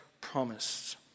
promised